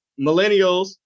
millennials